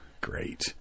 great